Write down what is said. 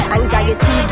Anxiety